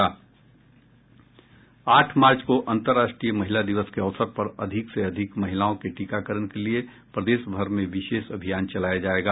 आठ मार्च को अन्तर्राष्ट्रीय महिला दिवस के अवसर पर अधिक से अधिक महिलाओं के टीकाकरण के लिए प्रदेशभर में विशेष अभियान चलाया जायेगा